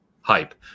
hype